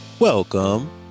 Welcome